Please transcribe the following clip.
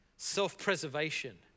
Self-preservation